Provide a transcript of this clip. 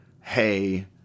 hey